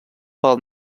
pel